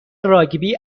راگبی